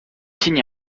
signe